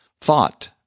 thought